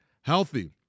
healthy